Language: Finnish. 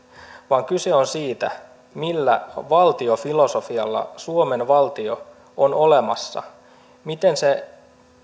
vaan kyse on siitä millä valtiofilosofialla suomen valtio on olemassa ja miten